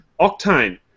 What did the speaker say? Octane